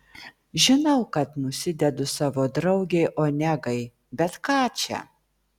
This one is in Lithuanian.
žinau kad nusidedu savo draugei onegai bet ką čia